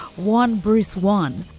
one, bruce one,